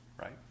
Right